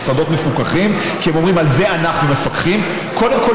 מאז שהם נמצאים שם עד 67' הם היו קיימים באותו מקום,